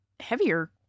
heavier